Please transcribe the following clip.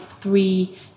three